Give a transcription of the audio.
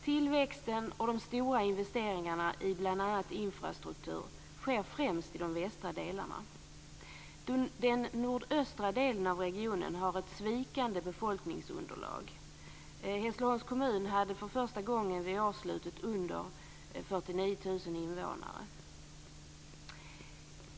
Tillväxten och de stora investeringarna i bl.a. infrastruktur sker främst i de västra delarna. Den nordöstra delen av regionen har ett svikande befolkningsunderlag. Hässleholms kommun hade för första gången vid årsslutet under 49 000 invånare.